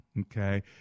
Okay